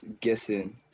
guessing